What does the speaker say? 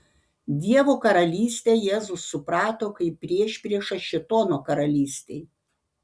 dievo karalystę jėzus suprato kaip priešpriešą šėtono karalystei